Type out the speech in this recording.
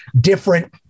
different